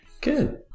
Good